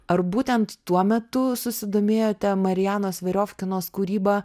ar būtent tuo metu susidomėjote marianos veriofkinos kūryba